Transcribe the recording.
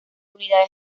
unidades